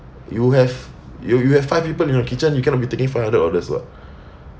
you have you you have five people in your kitchen you cannot be taking five hundred orders [what]